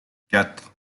quatre